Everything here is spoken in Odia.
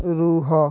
ରୁହ